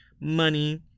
money